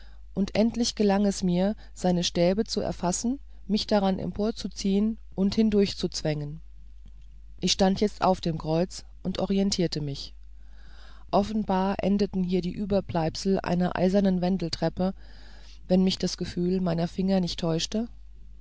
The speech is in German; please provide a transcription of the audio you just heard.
und endlich gelang es mir seine stäbe zu erfassen mich daran emporzuziehen und hindurchzuzwängen ich stand jetzt auf dem kreuz und orientierte mich offenbar endeten hier die überbleibsel einer eisernen wendeltreppe wenn mich das gefühl meiner finger nicht täuschte